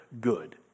good